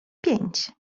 pięć